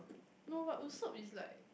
no but Usopp is like